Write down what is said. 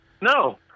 no